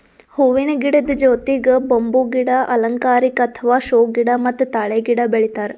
ಹೂವಿನ ಗಿಡದ್ ಜೊತಿಗ್ ಬಂಬೂ ಗಿಡ, ಅಲಂಕಾರಿಕ್ ಅಥವಾ ಷೋ ಗಿಡ ಮತ್ತ್ ತಾಳೆ ಗಿಡ ಬೆಳಿತಾರ್